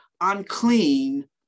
unclean